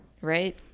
right